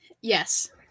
Yes